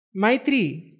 Maitri